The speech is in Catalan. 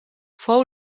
fou